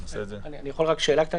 אפשר רק שאלה?